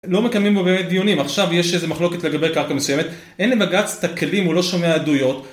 לא מקיימים בו באמת דיונים, עכשיו יש איזה מחלוקת לגבי קרקע מסוימת, אין לבג"צ, את הכלים, הוא לא שומע עדויות.